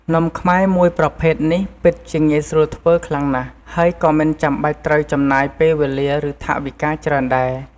នំខ្មែរមួយប្រភេទនេះពិតជាងាយស្រួលធ្វើខ្លាំងណាស់ ហើយក៏មិនចាំបាច់ត្រូវចំណាយពេលវេលា ឬថវិកាច្រើនដែរ។